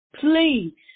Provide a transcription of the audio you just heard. Please